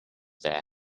their